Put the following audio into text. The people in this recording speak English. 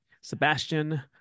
sebastian